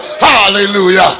Hallelujah